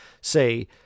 say